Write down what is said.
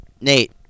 Nate